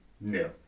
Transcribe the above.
No